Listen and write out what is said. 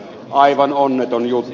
aivan onneton juttu